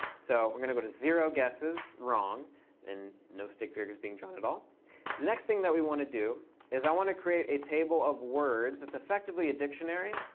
so we're going to go to zero guesseswrong and no stick figures being drawn at all. the next thing that we want to do is i want to create a table of words that's effectively a dictionary.